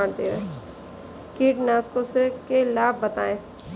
कीटनाशकों के लाभ बताएँ?